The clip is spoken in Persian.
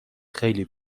خیلی